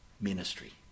ministry